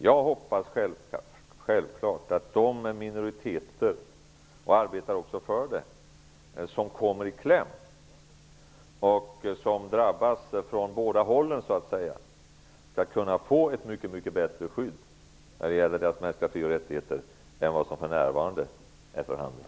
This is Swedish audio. Jag hoppas självfallet -- och arbetar också för det -- att de minoriteter som kommer i kläm och som så att säga drabbas från båda håll skall kunna få ett mycket bättre skydd när det gäller mänskliga fri och rättigheter än vad som för närvarande är fallet.